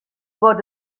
bod